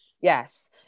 yes